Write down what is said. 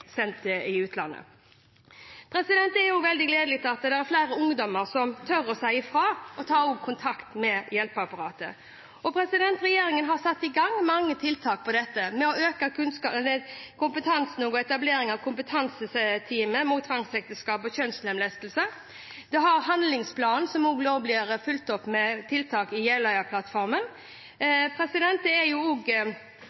sendt til utlandet. Det er også veldig gledelig at det er flere ungdommer som tør å si fra, og som tar kontakt med hjelpeapparatet. Regjeringen har satt i gang mange tiltak på dette området. Vi har økt kompetansen ved å etablere Kompetanseteamet mot tvangsekteskap og kjønnslemlestelse. Vi har også handlingsplanen, som blir fulgt opp med tiltak som er nevnt i